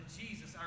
Jesus